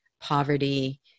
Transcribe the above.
poverty